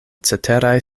ceteraj